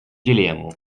дилемму